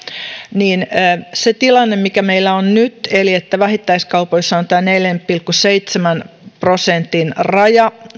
niin se tilannehan mikä meillä on nyt eli se että vähittäiskaupoissa on tämä neljän pilkku seitsemän prosentin raja